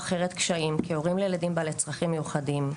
או אחרת קשיים כהורים לילדים בעלי צרכים מיוחדים,